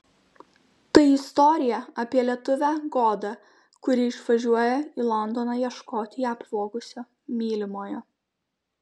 tai istorija apie lietuvę godą kuri išvažiuoja į londoną ieškoti ją apvogusio mylimojo